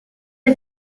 her